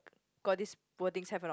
got this wordings have a lot